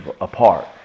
apart